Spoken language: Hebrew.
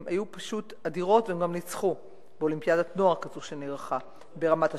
הן היו פשוט אדירות והן גם ניצחו באולימפיאדת נוער שנערכה ברמת-השרון.